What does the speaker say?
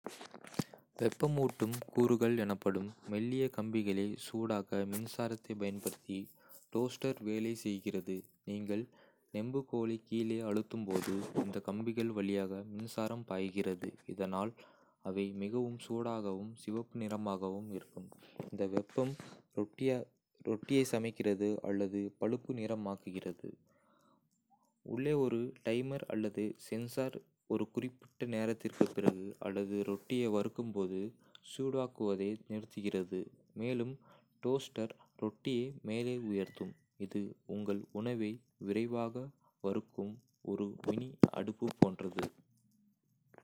வெப்பமூட்டும் கூறுகள் எனப்படும் மெல்லிய கம்பிகளை சூடாக்க மின்சாரத்தைப் பயன்படுத்தி டோஸ்டர் வேலை செய்கிறது. நீங்கள் நெம்புகோலை கீழே அழுத்தும்போது, இந்த கம்பிகள் வழியாக மின்சாரம் பாய்கிறது, இதனால் அவை மிகவும் சூடாகவும் சிவப்பு நிறமாகவும் இருக்கும். இந்த வெப்பம் ரொட்டியை சமைக்கிறது அல்லது பழுப்பு நிறமாக்குகிறது. உள்ளே, ஒரு டைமர் அல்லது சென்சார் ஒரு குறிப்பிட்ட நேரத்திற்குப் பிறகு அல்லது ரொட்டியை. வறுக்கும்போது.சூடாக்குவதை நிறுத்துகிறது, மேலும் டோஸ்டர் ரொட்டியை மேலே உயர்த்தும். இது உங்கள் உணவை விரைவாக வறுக்கும் ஒரு மினி அடுப்பு போன்றது!